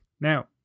Now